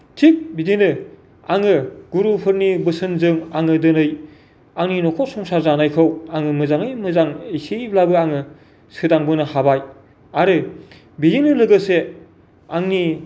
थिग बिदिनो आङो गुरुफोरनि बोसोनजों आङो दिनै आंनि न'खर संसार जानायखौ आङो मोजाङै मोजां इसेब्लाबो आङो सोदांबोनो हाबाय आरो बेजोंनो लोगोसे आंनि